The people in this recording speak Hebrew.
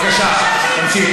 בבקשה, תמשיך.